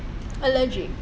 allergic